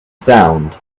sound